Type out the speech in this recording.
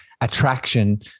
attraction